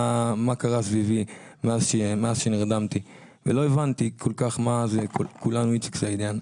קרה סביבי מאז שנרדמתי ולא הבנתי כל כך מה זה 'כולנו איציק סעידיאן',